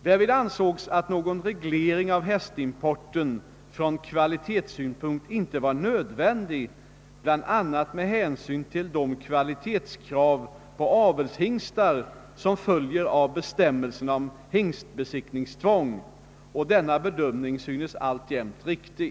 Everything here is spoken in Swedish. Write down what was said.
Därvid ansågs att någon reglering av hästimporten från kvalitetssynpunkt inte var nödvändig, bl.a. med hänsyn till de kvalitetskrav på avelshingstar som följer av bestämmelserna om hingstbesiktningstvång. Denna bedömning <synes alltjämt riktig.